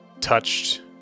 touched